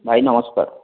ଭାଇ ନମସ୍କାର